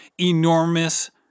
enormous